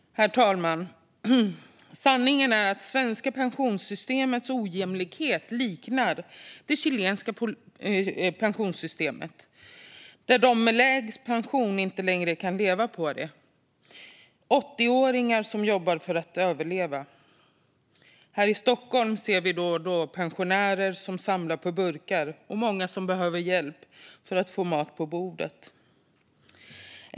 Herr ålderspresident! Sanningen är att det svenska pensionssystemets ojämlikhet liknar det chilenska pensionssystemets. I Chile kan de med lägst pension inte längre leva på den, och 80-åringar jobbar för att överleva. Här i Stockholm ser vi då och då pensionärer som samlar burkar och många som behöver hjälp för att få mat på bordet.